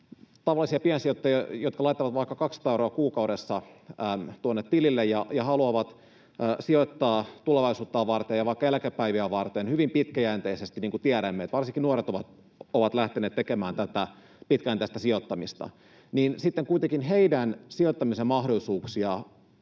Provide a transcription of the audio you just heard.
tavallisia piensijoittajia, jotka laittavat vaikka 200 euroa kuukaudessa tuonne tilille ja haluavat sijoittaa tulevaisuuttaan varten ja vaikka eläkepäiviään varten hyvin pitkäjänteisesti, niin kuin tiedämme, että varsinkin nuoret ovat lähteneet tekemään tätä pitkäjänteistä sijoittamista, niin sitten kuitenkin juuri piensijoittajien sijoittamisen mahdollisuuksia